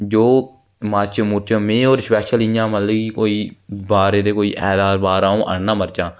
जो मर्च मुर्च में होर स्पैश्ल इ'यां मतलब कि कोई बाह्र जेह्ड़े कोई बारां आ'ऊं आह्नना मर्चां